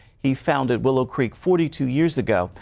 he founded willow creek forty two years ago,